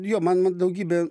jo man daugybė